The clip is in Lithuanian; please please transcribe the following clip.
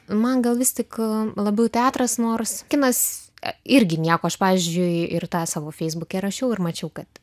man gal vis tik labiau teatras nors kinas irgi nieko aš pavyzdžiui ir tą savo feisbuke rašiau ir mačiau kad